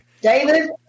David